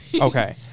Okay